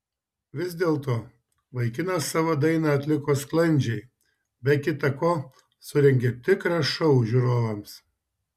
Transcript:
vis dėlto vaikinas savo dainą atliko sklandžiai be kita ko surengė tikrą šou žiūrovams